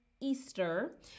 Easter